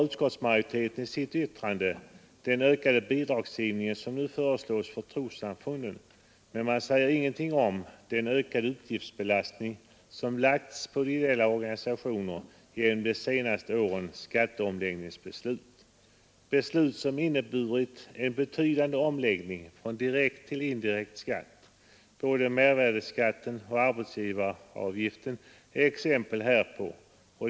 Utskottsmajoriteten åberopar i sitt yttrande de ökade bidrag till trossamfunden som nu föreslås, men man säger ingenting om de ökade 31 utgifter som drabbat de ideella organisationerna genom de senaste årens skatteomläggningsbeslut. Dessa beslut har inneburit en betydande omläggning från direkt till indirekt skatt. Både mervärdeskatten och arbetsgivaravgiften är exempel härpå.